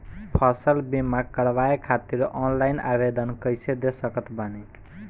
फसल बीमा करवाए खातिर ऑनलाइन आवेदन कइसे दे सकत बानी?